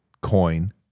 coin